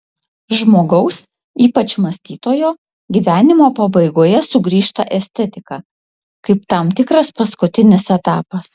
žmogaus ypač mąstytojo gyvenimo pabaigoje sugrįžta estetika kaip tam tikras paskutinis etapas